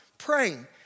Praying